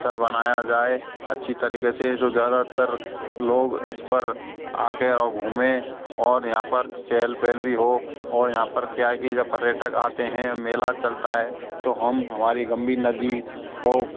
स्थल बनाया जाए अच्छी तरीके से जो ज़्यादातर लोग इस पर आ कर और घूमे और यहाँ पर चहल पहल भी हो और यहाँ पर क्या है कि जब पर्यटक आते हैं मेला चलता है तो हम हमारी गम्मी नदी को